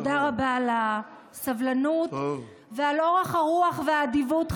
תודה רבה על הסבלנות ועל אורך הרוח והאדיבות,